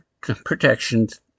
protections